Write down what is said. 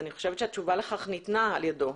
התשובה לכך ניתנה על ידו.